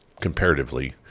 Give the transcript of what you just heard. comparatively